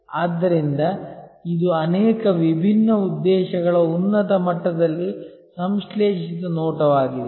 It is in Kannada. ಆದ್ದರಿಂದ ಇದು ಅನೇಕ ವಿಭಿನ್ನ ಉದ್ದೇಶಗಳ ಉನ್ನತ ಮಟ್ಟದಲ್ಲಿ ಸಂಶ್ಲೇಷಿತ ನೋಟವಾಗಿದೆ